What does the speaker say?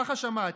ככה שמעתי.